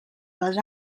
les